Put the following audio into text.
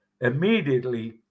Immediately